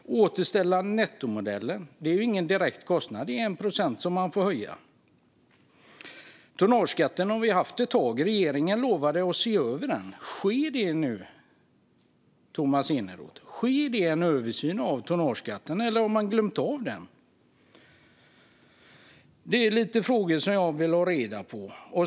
Att återställa nettomodellen medför ingen direkt kostnad. Det är 1 procent som man får höja. Tonnageskatten har vi haft ett tag. Regeringen lovade att se över den. Sker det nu, Tomas Eneroth? Sker det en översyn av tonnageskatten, eller har man glömt av den? Det är några frågor jag vill ha svar på.